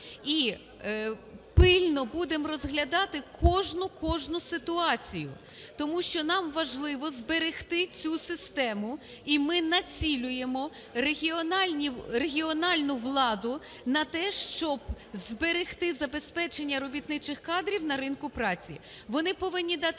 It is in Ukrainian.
і пильно будемо розглядати кожну-кожну ситуацію, тому що нам важливо зберегти цю систему. І ми націлюємо регіональну владу на те, щоб зберегти забезпечення робітничих кадрів на ринку праці. Вони повинні дати